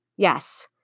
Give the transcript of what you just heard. Yes